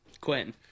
Quinn